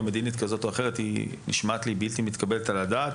מדינית כזאת או אחרת נשמע בלתי מתקבלת על הדעת.